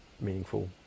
meaningful